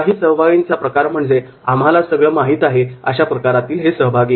काही सहभागीचा प्रकार म्हणजे 'आम्हाला सगळं माहित आहे' अशा प्रकारातील सहभागी